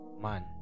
man